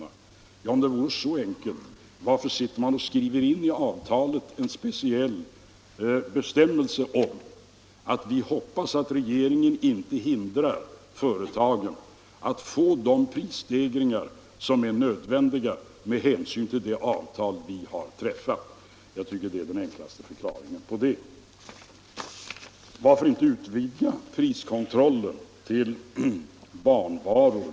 Ja, om det vore så enkelt, varför sitter man och skriver in i avtalet att vi hoppas att regeringen inte hindrar företagen att få de prisstegringar som är nödvändiga med hänsyn till det avtal som vi har träffat? Jag tycker det är den enklaste förklaringen på det. Varför inte utvidga priskontrollen till barnvaror?